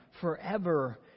forever